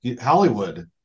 Hollywood